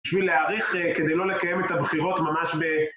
בשביל להעריך, כדי לא לקיים את הבחירות ממש ב...